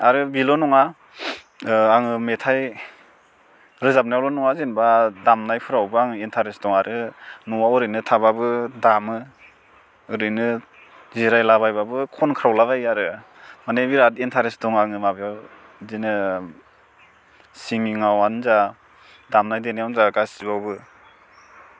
आरो बेल' नङा आङो मेथाइ रोजाबनायावल' नङा जेनेबा दामनायफ्रावबो आं इन्टारेस्ट दं आरो न'आव ओरैनो थाबाबो दामो ओरैनो जिरायलाबायबाबो खनख्रावलाबायो आरो माने बिराद इन्टारेस्ट दं माबायाव बिदिनो सिंगिंआवनो जा दामनाय देनायावनो जा गासिबावबो